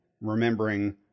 remembering